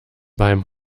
beim